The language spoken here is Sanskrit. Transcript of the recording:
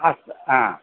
अस्तु हा